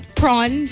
prawn